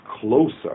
closer